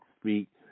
speak